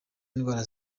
indwara